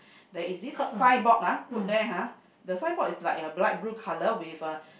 there is this signboard ah put there ha the signboard is like a bright blue color with a